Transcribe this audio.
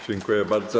Dziękuję bardzo.